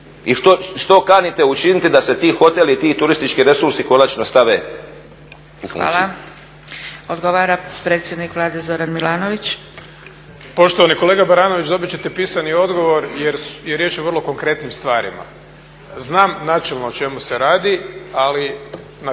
i što kanite učiniti da se ti hoteli i ti turistički resursi konačno stave u funkciju. **Zgrebec, Dragica (SDP)** Hvala. Odgovara predsjednik Vlade Zoran Milanović. **Milanović, Zoran (SDP)** Poštovani kolega Baranović, dobit ćete pisani odgovor jer je riječ o vrlo konkretnim stvarima. Znam načelno o čemu se radi, ali na